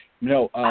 no